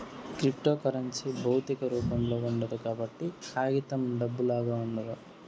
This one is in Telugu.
క్రిప్తోకరెన్సీ భౌతిక రూపంలో ఉండదు కాబట్టి కాగితం డబ్బులాగా ఉండదు